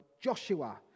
Joshua